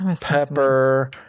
pepper